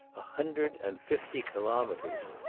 a hundred and fifty kilometres.